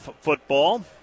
football